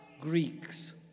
Greeks